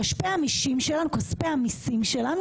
כספי המיסים שלנו